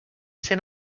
sent